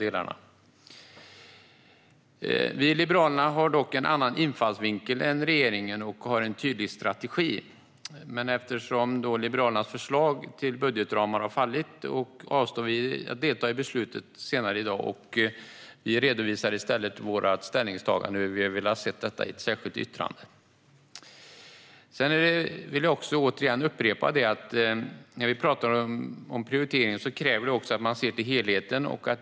Vi i Liberalerna har dock en annan infallsvinkel än regeringen, och vi har en tydlig strategi. Men eftersom Liberalernas förslag till budgetramar har fallit avstår vi från att delta i beslutet senare i dag och redovisar i stället vårt ställningstagande i ett särskilt yttrande. Jag vill upprepa att prioriteringar kräver att man ser till helheten.